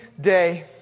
day